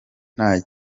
nta